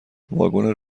واگن